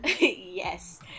Yes